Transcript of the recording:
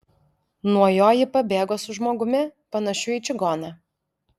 nuo jo ji pabėgo su žmogumi panašiu į čigoną